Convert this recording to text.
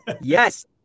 Yes